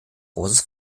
großes